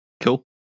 cool